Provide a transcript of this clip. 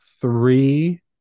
three